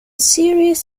series